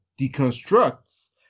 deconstructs